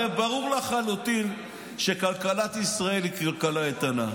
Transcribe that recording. הרי ברור לחלוטין שכלכלת ישראל היא כלכלה איתנה,